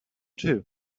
two